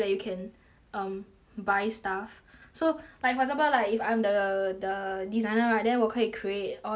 um buy stuff so like for example like if I'm the the designer right then 我可以 create all the 那个